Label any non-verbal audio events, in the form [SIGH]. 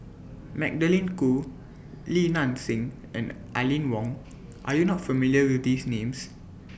[NOISE] Magdalene Khoo Li Nanxing and Aline Wong Are YOU not familiar with These Names [NOISE]